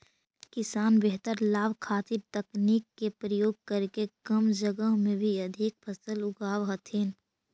किसान बेहतर लाभ खातीर तकनीक के प्रयोग करके कम जगह में भी अधिक फसल उगाब हथिन